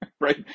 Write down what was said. right